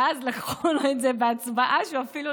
ואז לקחו לו את זה בהצבעה שהוא אפילו,